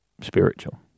spiritual